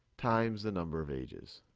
times the number of ages.